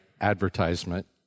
advertisement